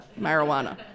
marijuana